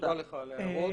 תודה על הערות.